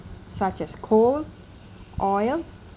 such as coal oil